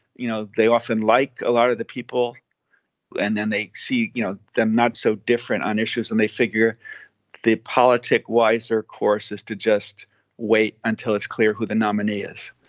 you know, they often like a lot of the people and then they see, you know, they're not so different on issues and they figure they politic wiser course is to just wait until it's clear who the nominee is.